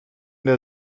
der